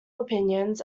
opinions